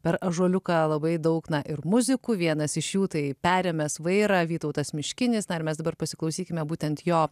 per ąžuoliuką labai daug na ir muzikų vienas iš jų tai perėmęs vairą vytautas miškinis na ir mes dabar pasiklausykime būtent jo